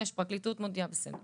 מבקשת לדון מחדש.